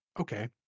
okay